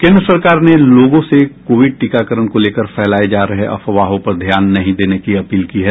केन्द्र सरकार ने लोगों से कोविड टीकाकरण को लेकर फैलाये जा रहे अफवाहों पर ध्यान नहीं देने की अपील की है